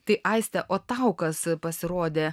tai aistė o tau kas pasirodė